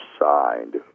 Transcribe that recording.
signed